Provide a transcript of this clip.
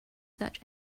search